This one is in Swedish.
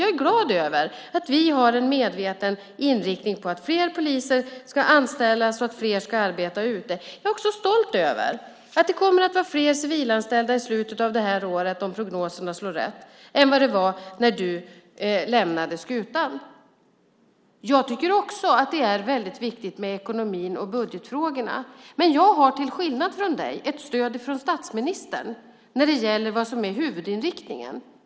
Jag är glad över att vi har en medveten inriktning på att fler poliser ska anställas och att fler ska arbeta ute. Jag är också stolt över att vi kommer att ha fler civilanställda i slutet av det här året om prognoserna slår rätt än vad det var när du lämnade skutan. Jag tycker också att det är väldigt viktigt med ekonomin och budgetfrågorna. Men jag har till skillnad från dig ett stöd från statsministern i fråga om huvudinriktningen.